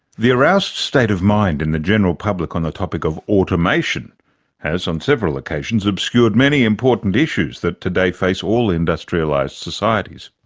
the aroused state of mind in the general public on the topic of automation has on several occasions obscured many important issues that today face all industrialised societies.